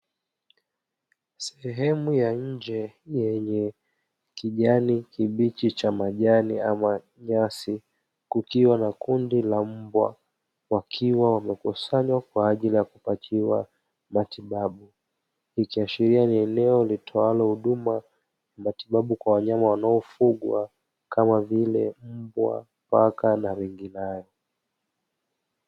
Sehemu ya nje yenye kijani kibichi cha majani ama nyasi, kukiwa na kundi la mbwa, wakiwa wamekusanywa kwa ajili ya kupatiwa matibabu, ikiashiria ni eneo litowalo huduma ya matibabu kwa wanyama wanaofugwa kama vile; mbwa, paka na wengineo.